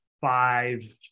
five